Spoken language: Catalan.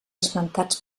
esmentats